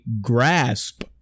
grasp